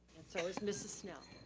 and so is mrs. snell.